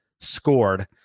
scored